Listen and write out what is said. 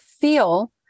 feel